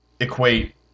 equate